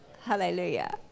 Hallelujah